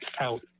out